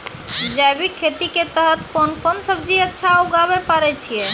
जैविक खेती के तहत कोंन कोंन सब्जी अच्छा उगावय पारे छिय?